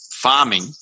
Farming